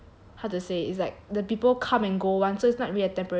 how to say it's like the people come and go [one] so it's not really a temporary class